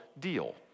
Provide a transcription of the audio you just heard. deal